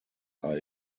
are